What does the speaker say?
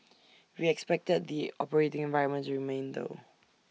we expected the operating environment to remain tough